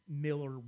Miller